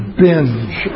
binge